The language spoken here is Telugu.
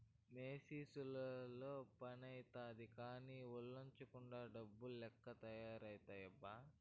మెసీనుతో పనైతాది కానీ, ఒల్లోంచకుండా డమ్ము లెక్క తయారైతివబ్బా